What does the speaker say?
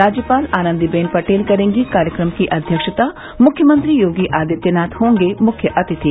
राज्यपाल आनन्दी बेन पटेल करेंगी कार्यक्रम की अध्यक्षता मुख्यमंत्री आदित्यनाथ होंगे मुख्य अतिथि